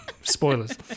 Spoilers